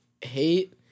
hate